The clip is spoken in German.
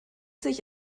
sich